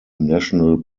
national